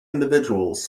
individuals